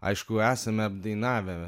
aišku esame dainavę